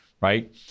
right